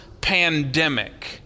pandemic